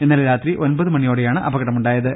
ഇന്നലെ രാത്രി ഒൻപത് മണിയോടെയാണ് അപകടമുണ്ടായത്